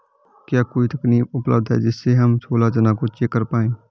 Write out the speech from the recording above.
क्या कोई तकनीक उपलब्ध है जिससे हम छोला चना को चेक कर पाए?